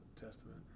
Testament